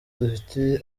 dufite